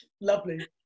lovely